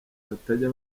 batajya